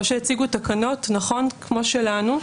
ו/או שהציגו תקנון נכון כמו שלנו,